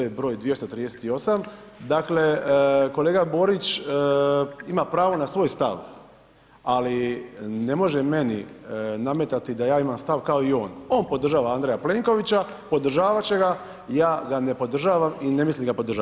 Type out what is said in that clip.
To je broj 238., dakle, kolega Borić ima pravo na svoj stav, ali ne može meni nametati da ja imam stav kao i on, on podržava Andreja Plenkovića, podržavat će ga, ja ga ne podržavam i ne mislim ga podržavati.